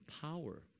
power